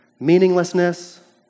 meaninglessness